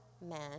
men